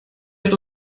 hat